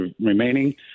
remaining